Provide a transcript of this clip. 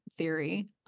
theory